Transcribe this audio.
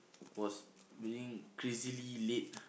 was being crazily late